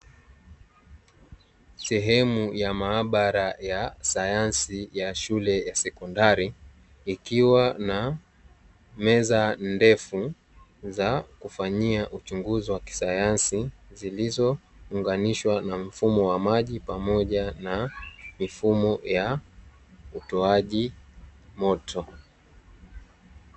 Sehemu ya maabara ya sayansi ya shule ya sekondari, ikiwa na meza ndefu za kufanyia uchunguzi wa kisayansi, zilizounganishwa na mfumo wa maji pamoja na mifumo ya utoaji wa moto.